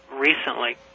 recently